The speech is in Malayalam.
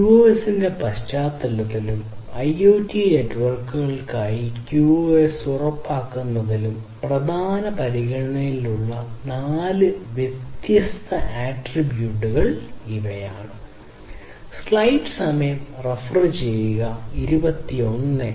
QoS ന്റെ പശ്ചാത്തലത്തിലും IoT നെറ്റ്വർക്കുകൾക്കായി QoS ഉറപ്പാക്കുന്നതിലും പ്രധാന പരിഗണനയിലുള്ള 4 വ്യത്യസ്ത ആട്രിബ്യൂട്ടുകൾ ഇവയാണ്